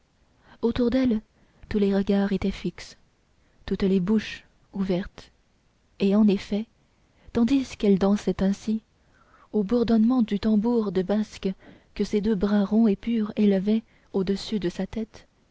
autour d'elle tous les regards étaient fixes toutes les bouches ouvertes et en effet tandis qu'elle dansait ainsi au bourdonnement du tambour de basque que ses deux bras ronds et purs élevaient au-dessus de sa tête